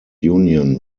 union